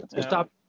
Stop